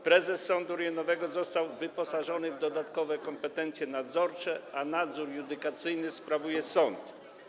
Prezes sądu rejonowego został wyposażony w dodatkowe kompetencje nadzorcze, a nadzór judykacyjny sprawuje sąd.